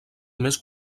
més